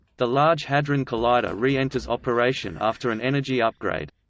the large hadron collider re-enters operation after an energy upgrade.